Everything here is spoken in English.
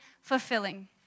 fulfilling